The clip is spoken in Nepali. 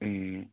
ए